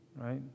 right